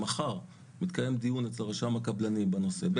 שמחר מתקיים דיון אצל רשם הקבלנים בנושא.